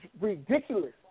ridiculous